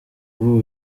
ubu